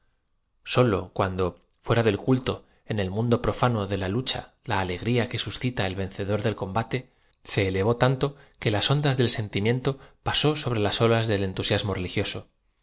sólo cuando fuera del culto en el mundo profano de la lu cha la alegria que suscita el vencedor del combate se elevó tanto que las ondas del sentimieato pasó so bre las olas del entusiasmo religioso